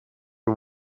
you